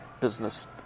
business